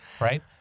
right